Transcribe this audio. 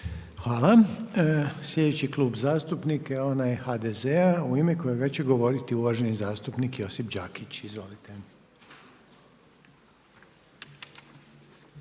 Hvala. Sljedeći Klub zastupnika je onaj HDZ-a u ime kojega će govoriti uvaženi zastupnik Josip Đakić, izvolite.